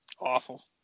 awful